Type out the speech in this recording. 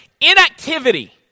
inactivity